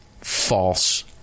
false